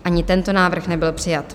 Ani tento návrh nebyl přijat.